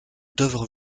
d’œuvres